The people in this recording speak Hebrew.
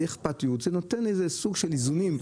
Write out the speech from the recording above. זה אכפתיות, זה נותן איזה סוג של איזונים.